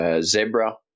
Zebra